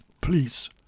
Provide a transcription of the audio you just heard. Please